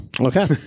Okay